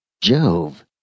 Jove